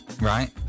Right